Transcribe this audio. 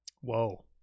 Whoa